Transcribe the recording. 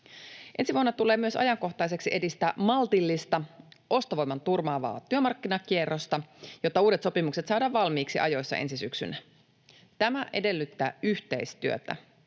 Ensi vuonna tulee myös ajankohtaiseksi edistää maltillista ostovoiman turvaavaa työmarkkinakierrosta, jotta uudet sopimukset saadaan valmiiksi ajoissa ensi syksynä. Tämä edellyttää yhteistyötä,